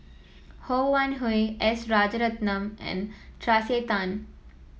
Ho Wan Hui S Rajaratnam and Tracey Tan